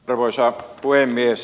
arvoisa puhemies